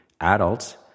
adults